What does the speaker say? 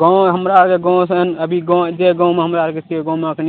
गाम हमरा आओरके गामसन अभी गाम जे गाममे हमरा आओरके गाममे एखन